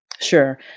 Sure